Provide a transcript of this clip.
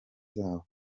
zabo